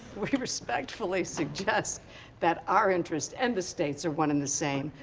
we respectfully suggest that our interest and the state's are one and the same.